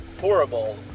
horrible